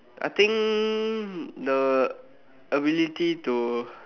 I think the ability to